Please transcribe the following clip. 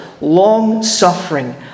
long-suffering